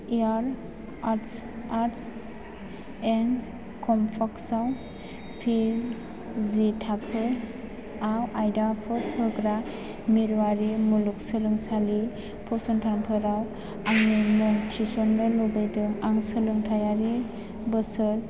air arts and क्राफ्टसआव P G थाखोआव आयदाफोर होग्रा मिरुआरि मुलुगसोंलोंसालि फसंथानफोराव आंनि मुंखौ थिसन्नो लुबैदों आं सोलोंथायारि बोसोर